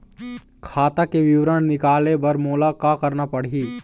खाता के विवरण निकाले बर मोला का करना पड़ही?